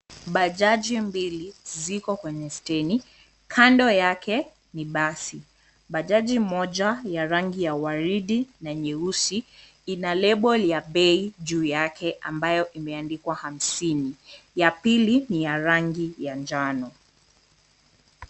Bajaji mbili ziko kwenye steni. Kando yake ni basi. Bajaji moja ina rangi ya waridi na nyeusi, ina lebo ya bei juu yake ambayo imeandikwa hamsini. Ya pili ni ya rangi ya njano.